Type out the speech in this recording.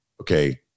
okay